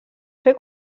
fer